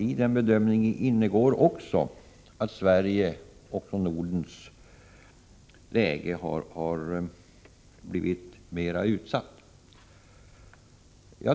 I den bedömningen ingår också att Sveriges och Nordens läge har blivit mer utsatt.